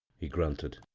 he grunted,